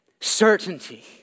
Certainty